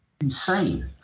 insane